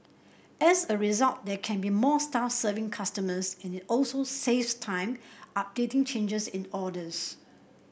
as a result there can be more staff serving customers and it also saves time updating changes in orders